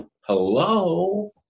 Hello